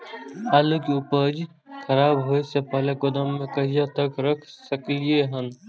आलु के उपज के खराब होय से पहिले गोदाम में कहिया तक रख सकलिये हन?